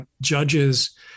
judges